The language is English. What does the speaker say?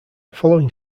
following